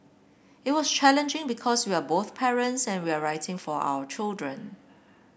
it was challenging because we are both parents and we are writing for our children